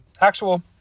actual